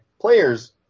players